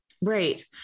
Right